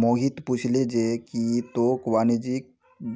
मोहित पूछले जे की तोक वाणिज्यिक